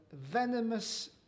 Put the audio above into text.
venomous